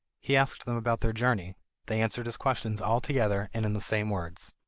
he asked them about their journey they answered his questions all together, and in the same words.